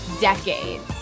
decades